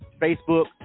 Facebook